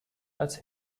als